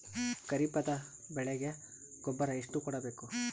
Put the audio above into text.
ಖರೀಪದ ಬೆಳೆಗೆ ಗೊಬ್ಬರ ಎಷ್ಟು ಕೂಡಬೇಕು?